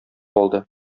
алды